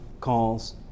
calls